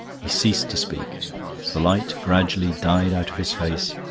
he ceased to speak the light gradually died out of his face,